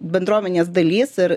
bendruomenės dalis ir